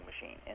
machine